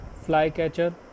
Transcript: Flycatcher